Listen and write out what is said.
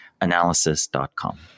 analysis.com